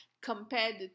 compared